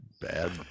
bad